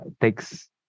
takes